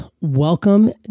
welcome